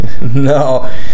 no